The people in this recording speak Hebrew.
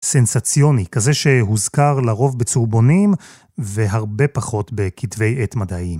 סנסציוני, כזה שהוזכר לרוב בצהובונים והרבה פחות בכתבי עת מדעיים.